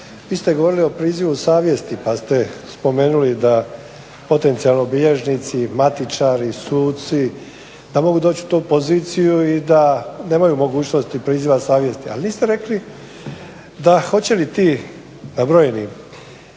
vi ste govorili o prizivu savjesti pa ste spomenuli da potencijalno bilježnici, matičari, suci, da mogu doći u tu poziciju i da nemaju mogućnosti priziva savjesti, ali niste rekli hoće li ti nabrojeni